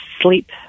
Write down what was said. sleep